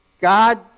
God